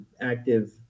active